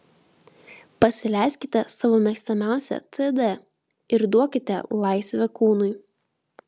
pasileiskite savo mėgstamiausią cd ir duokite laisvę kūnui